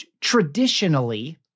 Traditionally